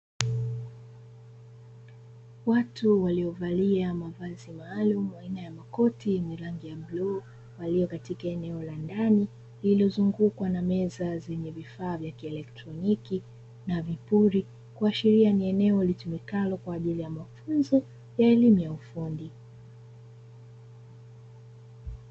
Watu waliovalia mavazi maalumu aina ya makoti yenye rangi ya bluu walio katika eneo la ndani lililozungukwa na meza zenye vifaa vya kielektroniki na vipuli, kuashiria ni eneo litumikalo kwa ajili ya mafunzo ya elimu ya ufundi.